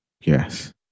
Yes